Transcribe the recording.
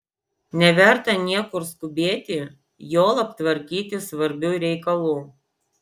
neverta niekur skubėti juolab tvarkyti svarbių reikalų